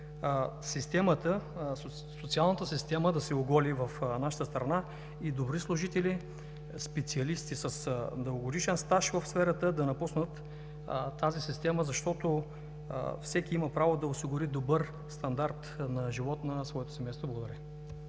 политика, социалната система да се оголи в нашата страна и добри служители, специалисти с дългогодишен стаж в сферата да напуснат тази система, защото всеки има право да осигури добър стандарт на живот на своето семейство. Благодаря